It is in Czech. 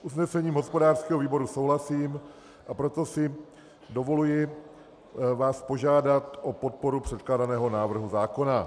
S usnesením hospodářského výboru souhlasím, a proto si dovoluji vás požádat o podporu předkládaného návrhu zákona.